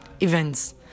events